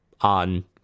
On